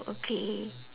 okay